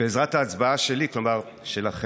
בעזרת ההצבעה שלי, כלומר שלכם,